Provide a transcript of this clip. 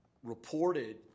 reported